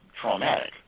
traumatic